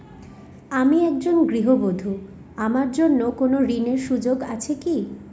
আমি একজন গৃহবধূ আমার জন্য কোন ঋণের সুযোগ আছে কি?